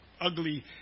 ugly